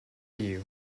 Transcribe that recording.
you